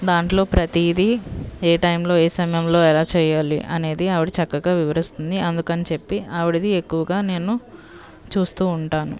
దాంట్లో ప్రతిదీ ఏ టైంలో ఏ సమయంలో ఎలా చేయాలి అనేది ఆవిడ చక్కగా వివరిస్తుంది అందుకని చెప్పి ఆవిడది ఎక్కువగా నేను చూస్తూ ఉంటాను